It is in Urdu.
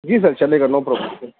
جی سر چلے گا نو پرابلم سر